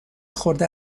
خورده